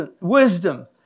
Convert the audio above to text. wisdom